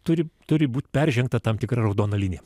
turi turi būt peržengta tam tikra raudona linija